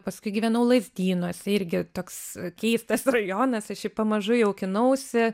paskui gyvenau lazdynuose irgi toks keistas rajonas pamažu jaukinausi